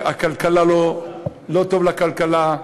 לא טוב לכלכלה,